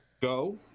go